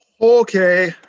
Okay